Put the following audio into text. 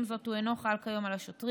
עם זאת, הוא אינו חל כיום על השוטרים.